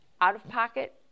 Out-of-pocket